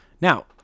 now